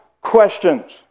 questions